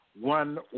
One